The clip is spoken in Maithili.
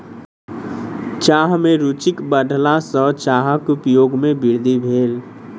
चाह में रूचिक बढ़ला सॅ चाहक उपयोग में वृद्धि भेल